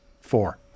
four